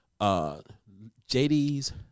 JD's